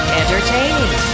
entertaining